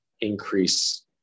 increase